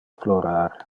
plorar